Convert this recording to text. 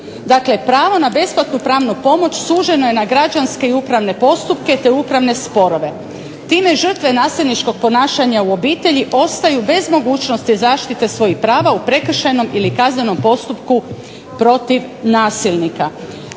pravo na besplatno pravnu pomoć suženo je na građanske i upravne postupke, te upravne sporove. Time žrtve nasilničkog ponašanja u obitelji ostaju bez mogućnosti zaštite svojih prava u prekršajnom ili kaznenom postupku protiv nasilnika.